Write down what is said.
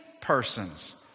persons